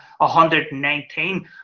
119